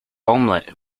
omelette